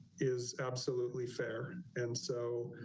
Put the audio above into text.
is absolutely fair and so